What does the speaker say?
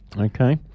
Okay